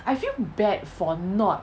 I feel bad for not